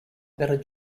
better